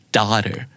daughter